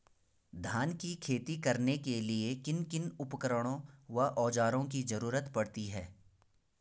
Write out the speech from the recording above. धान की खेती करने के लिए किन किन उपकरणों व औज़ारों की जरूरत पड़ती है?